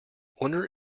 wonder